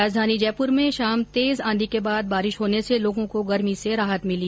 राजधानी जयपुर में शाम तेज आंधी के बाद बारिश होने से लोगों को गर्मी से राहत मिली